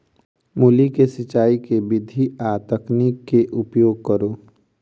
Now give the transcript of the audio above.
मूली केँ सिचाई केँ के विधि आ तकनीक केँ उपयोग करू?